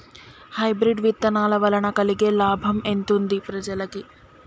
Hybrid విత్తనాల వలన కలిగే లాభం ఎంతుంది ప్రజలకి?